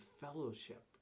fellowship